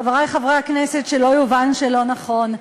חברי חברי הכנסת, שלא יובן שלא נכון.